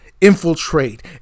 infiltrate